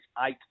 eight